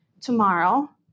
tomorrow